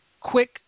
quick